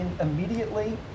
immediately